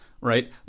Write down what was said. right